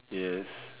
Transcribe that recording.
yes